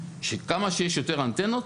שכמה שיש יותר אנטנות,